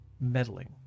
meddling